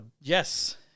Yes